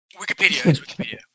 wikipedia